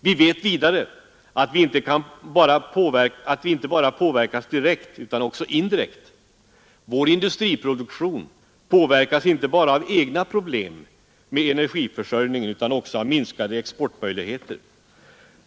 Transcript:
Vi vet vidare att vi inte bara påverkas direkt utan också indirekt. Vår industriproduktion påverkas inte bara av egna problem med energiförsörjningen utan också av minskade exportmöjligheter.